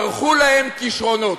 ברחו להם כישרונות.